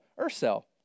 Ursel